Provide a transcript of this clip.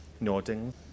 Nodding